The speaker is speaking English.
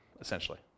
essentially